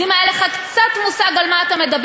אז אם היה לך קצת מושג על מה אתה מדבר,